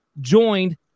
joined